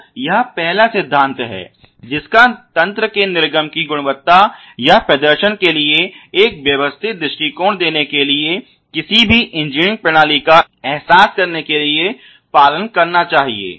तो यह पहला सिद्धांत है जिसका तंत्र के निर्गम की गुणवत्ता या प्रदर्शन के लिए एक व्यवस्थित दृष्टिकोण देने के लिए किसी भी इंजीनियरिंग प्रणाली का एहसास करने के लिए पालन करना चाहिए